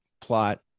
plot